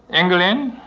england,